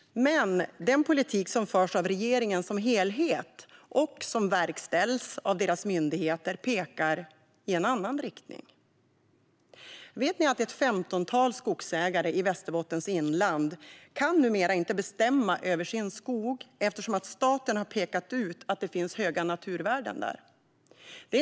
Men den politik som förs av regeringen som helhet och verkställs av dess myndigheter pekar i en annan riktning. Vet ni att ett femtontal skogsägare i Västerbottens inland numera inte kan bestämma över sin skog, eftersom staten har pekat ut att det finns höga naturvärden där?